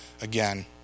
again